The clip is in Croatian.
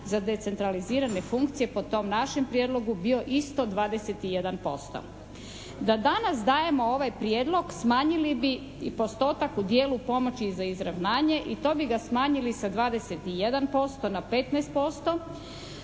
za decentralizirane funkcije po tom našem prijedlogu bio isto 21%. Da danas dajemo ovaj prijedlog smanjili bi i postotak u dijelu pomoći za izravnanje i to bi ga smanjili sa 21% na 15%